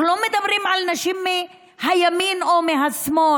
אנחנו לא מדברים על נשים מהימין או מהשמאל.